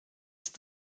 ist